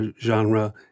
genre